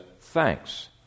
thanks